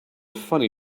funny